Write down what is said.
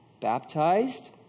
baptized